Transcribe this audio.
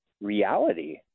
reality